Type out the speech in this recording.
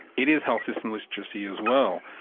it is health system literacy as well.